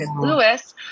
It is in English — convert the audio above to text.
Lewis